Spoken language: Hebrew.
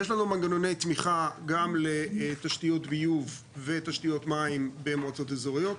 יש לנו מנגנוני תמיכה גם לתשתיות ביוב ותשתיות מים במועצות אזוריות.